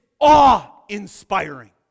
awe-inspiring